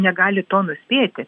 negali to nuspėti